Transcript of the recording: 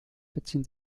beziehen